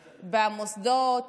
במוסדות,